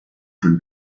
von